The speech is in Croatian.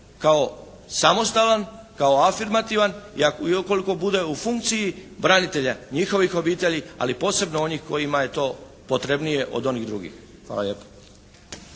kao samostalan, kao afirmativan i ukoliko bude u funkciji branitelja, njihovih obitelji, ali posebno onih kojima je to potrebnije od onih drugih.